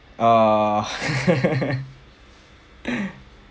err